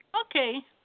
Okay